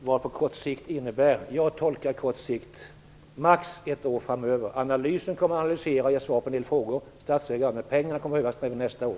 Fru talman! Jag tolkar kort sikt som maximalt ett år framöver. Analysen kommer att ge svar på en del frågor. Pengar kommer att behövas även nästa år.